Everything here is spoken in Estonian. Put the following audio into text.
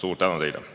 Suur tänu teile!